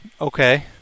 okay